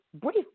brief